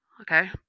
okay